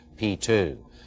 P2